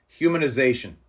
humanization